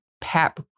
PAP